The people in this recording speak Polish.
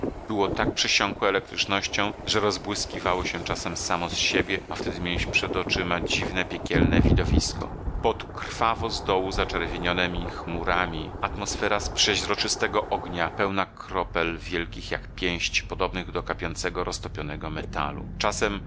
było tak przesiąkłe elektrycznością że rozbłyskiwało się czasem samo ze siebie a wtedy mieliśmy przed oczyma dziwne piekielne widowisko pod krwawo z dołu zaczerwienionemi chmurami atmosfera z przeźroczystego ognia pełna kropel wielkich jak pięść podobnych do kapiącego roztopionego metalu czasem